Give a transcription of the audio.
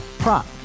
prop